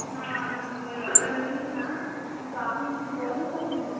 না আমি দইয়ের অর্ডার নিই না কিন্তু আপনি যদি বলেন তাহলে নিতে পারি